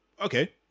Okay